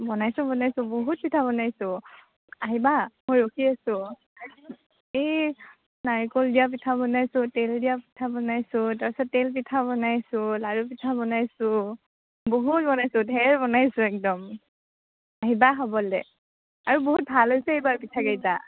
বনাইছোঁ বনাইছোঁ বহুত পিঠা বনাইছোঁ আহিবা মই ৰখি আছোঁ এই নাৰিকল দিয়া পিঠা বনাইছোঁ তেল দিয়া পিঠা বনাইছোঁ তাৰ পাছত তেল পিঠা বনাইছোঁ লাড়ু পিঠা বনাইছোঁ বহুত বনাইছোঁ ঢেৰ বনাইছোঁ একদম আহিবা খাবলৈ আৰু বহুত ভাল হৈছে খাবলৈ পিঠা কেইটা